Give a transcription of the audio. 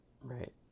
right